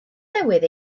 newydd